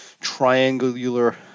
triangular